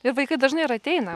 ir vaikai dažnai ir ateina